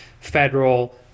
federal